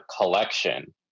collection